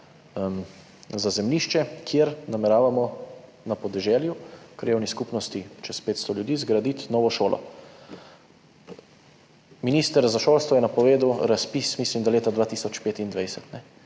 za zemljišče, kjer nameravamo na podeželju, v krajevni skupnosti čez 500 ljudi, zgraditi novo šolo. Minister za šolstvo je napovedal razpis, mislim, da leta 2025,